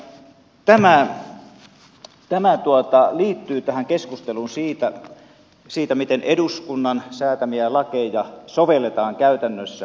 elikkä tämä liittyy tähän keskusteluun siitä miten eduskunnan säätämiä lakeja sovelletaan käytännössä